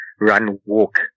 run-walk